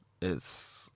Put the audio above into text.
it's-